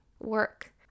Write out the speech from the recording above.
work